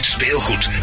Speelgoed